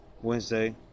Wednesday